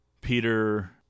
Peter